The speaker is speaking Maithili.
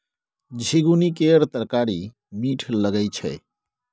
झिगुनी केर तरकारी मीठ लगई छै